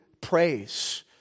praise